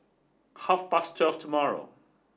half past twelve tomorrow